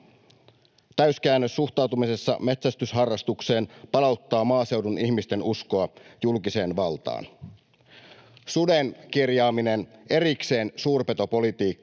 Täyskäännös suhtautumisessa metsästysharrastukseen palauttaa maaseudun ihmisten uskoa julkiseen valtaan. Suden kirjaaminen erikseen suurpetopolitiikkaan